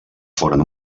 foren